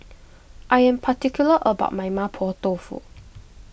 I am particular about my Mapo Tofu